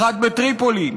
אחת בטריפולי,